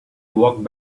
walked